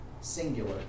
singular